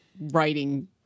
writing